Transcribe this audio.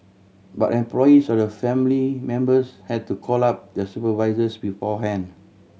but employees or their family members had to call up their supervisors beforehand